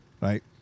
right